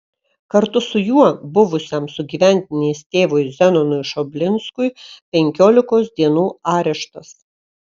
kartu su juo buvusiam sugyventinės tėvui zenonui šoblinskui penkiolikos dienų areštas